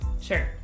Sure